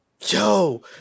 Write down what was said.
Yo